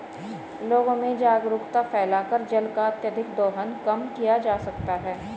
लोगों में जागरूकता फैलाकर जल का अत्यधिक दोहन कम किया जा सकता है